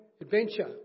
adventure